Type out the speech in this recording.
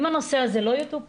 אם הנושא הזה לא יטופל,